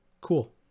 Cool